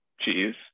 cheese